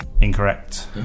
Incorrect